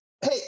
Hey